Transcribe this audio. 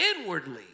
inwardly